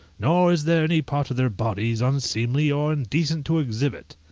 nor is there any part of their bodies unseemly or indecent to exhibit.